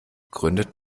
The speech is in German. gründet